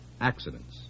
accidents